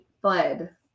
fled